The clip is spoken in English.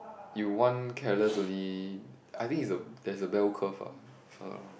you one careless only I think is a there's a bell curve ah if I'm not wrong